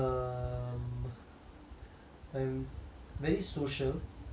I'm very social in a sense that